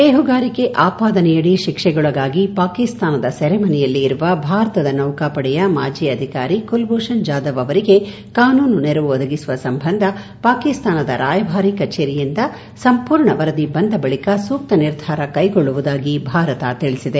ಬೇಹುಗಾರಿಕೆ ಆಪಾದನೆಯಡಿ ಶಿಕ್ಷೆಗೊಳಗಾಗಿ ಪಾಕಿಸ್ತಾನದ ಸೆರೆಮನೆಯಲ್ಲಿರುವ ಭಾರತದ ನೌಕಾಪಡೆಯ ಮಾಜಿ ಅಧಿಕಾರಿ ಕುಲಭೂಷಣ್ ಜಾಧವ್ ಅವರಿಗೆ ಕಾನೂನು ನೆರವು ಒದಗಿಸುವ ಸಂಬಂಧ ಪಾಕಿಸ್ತಾನದ ರಾಯಭಾರಿ ಕಚೇರಿಯಿಂದ ಸಂಪೂರ್ಣ ವರದಿ ಬಂದ ಬಳಿಕ ಸೂಕ್ತ ನಿರ್ಧಾರ ಕೈಗೊಳ್ಳುವುದಾಗಿ ಭಾರತ ತಿಳಿಸಿದೆ